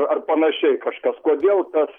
ar panašiai kažkas kodėl tas